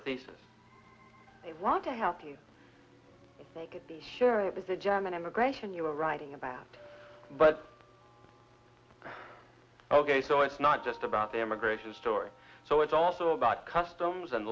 thesis they want to help you if they could be sure it was a german immigration you were writing about but ok so it's not just about the immigration story so it's also about customs and